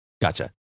Gotcha